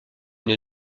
une